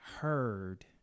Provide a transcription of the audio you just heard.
heard